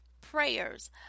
prayers